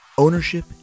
Ownership